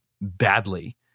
badly